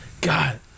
God